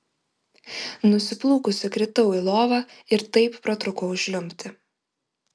nusiplūkusi kritau į lovą ir taip pratrūkau žliumbti